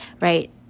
right